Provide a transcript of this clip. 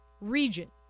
region